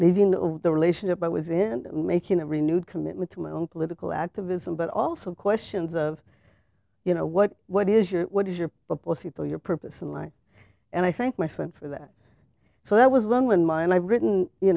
leaving the relationship i was in making a renewed commitment to my own political activism but also questions of you know what what is your what is your proposed people your purpose in life and i thank my friend for that so that was long in mind i've written you